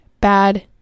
bad